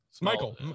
Michael